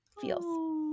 feels